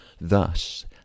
Thus